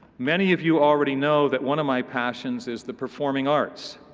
many of you already know that one of my passions is the performing arts.